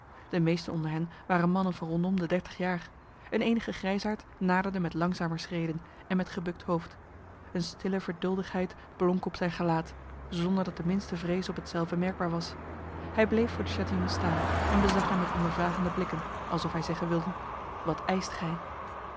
de meesten onder hen waren mannen van rondom de dertig jaar een enige grijsaard naderde met langzamer schreden en met gebukt hoofd een stille verduldigheid blonk op zijn gelaat zonder dat de minste vrees op hetzelve merkbaar was hij bleef voor de chatillon staan en bezag hem met ondervragende blikken alsof hij zeggen wilde wat eist gij